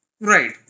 right